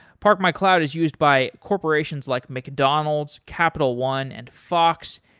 park my cloud is used by corporations like mcdonalds, capital one and fox,